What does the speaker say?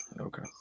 Okay